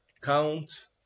count